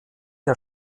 der